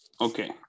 okay